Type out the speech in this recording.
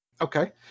Okay